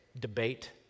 debate